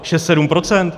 Šest, sedm procent?